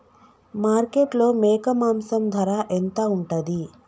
మార్కెట్లో మేక మాంసం ధర ఎంత ఉంటది?